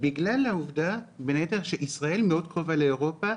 בגלל העובדה שישראל מאוד קרובה לאירופה,